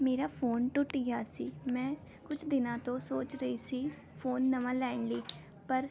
ਮੇਰਾ ਫ਼ੋਨ ਟੁੱਟ ਗਿਆ ਸੀ ਮੈਂ ਕੁਝ ਦਿਨਾਂ ਤੋਂ ਸੋਚ ਰਹੀ ਸੀ ਫੋਨ ਨਵਾਂ ਲੈਣ ਲਈ ਪਰ